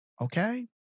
Okay